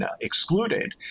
excluded